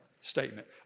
statement